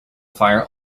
fire